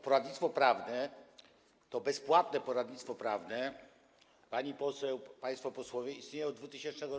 Poradnictwo prawne, to bezpłatne poradnictwo prawne, pani poseł, państwo posłowie, istnieje od 2000 r.